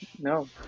No